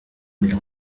belle